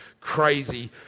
crazy